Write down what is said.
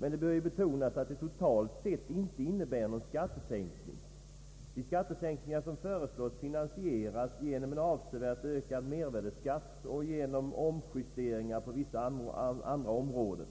Men det bör betonas att det totalt sett inte innebär någon skattesänkning. De skattesänkningar som föreslås finansieras genom en avsevärt ökad mervärdeskatt och genom omjusteringar på vissa andra områden.